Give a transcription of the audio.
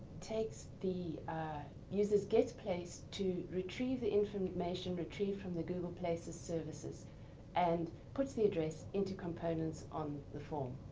takes the users getplace to retrieve the information retrieved from the google places services and puts the address into components on the form.